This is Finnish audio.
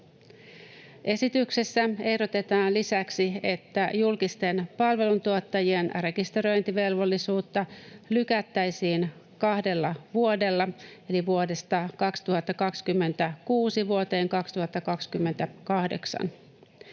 Esityksessä ehdotetaan lisäksi, että julkisten palveluntuottajien rekisteröintivelvollisuutta lykättäisiin kahdella vuodella eli vuodesta 2026 vuoteen 2028.